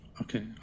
Okay